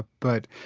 but,